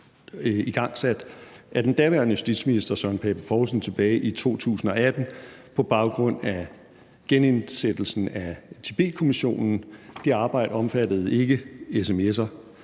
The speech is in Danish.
igangsat af den daværende justitsminister Søren Pape Poulsen tilbage i 2018 på baggrund af genindsættelsen af Tibetkommissionen. Det arbejde omfattede ikke sms'er.